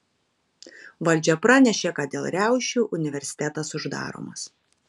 valdžia pranešė kad dėl riaušių universitetas uždaromas